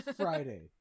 Friday